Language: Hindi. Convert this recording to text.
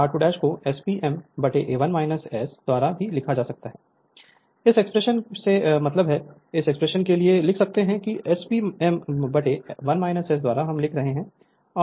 तो 3 I22 r2 को S P m1 S द्वारा भी लिखा जा सकता है इस एक्सप्रेशन से मतलब है इस एक्सप्रेशन को से लिख सकते हैं कि S P m1 S द्वारा हम लिख रहे हैं और 3 I 2'2 यह एक है